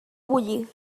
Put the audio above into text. bullir